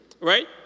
right